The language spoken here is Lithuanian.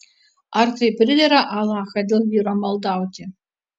ar tai pridera alachą dėl vyro maldauti